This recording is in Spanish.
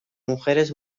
mujeres